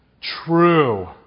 true